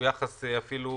הוא אפילו יחס מבזה.